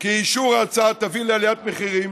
שאישור ההצעה יביא לעליית מחירים,